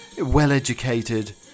well-educated